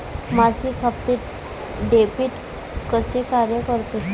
मासिक हप्ते, डेबिट कसे कार्य करते